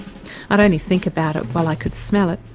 i'd only think about it while i could smell it.